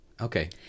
Okay